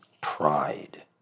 pride